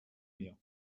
mir